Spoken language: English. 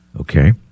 Okay